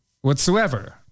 Whatsoever